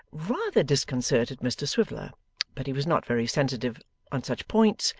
rather disconcerted mr swiveller but he was not very sensitive on such points,